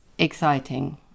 exciting